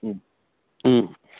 ও